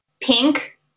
Pink